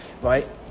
Right